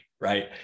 right